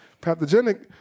Pathogenic